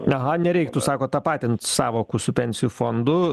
aha nereiktų sakot tapatinti sąvokų su pensijų fondu